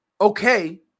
Okay